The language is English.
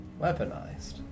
Weaponized